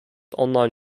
online